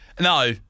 No